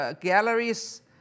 galleries